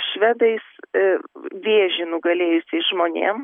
švedais vėžį nugalėjusiais žmonėm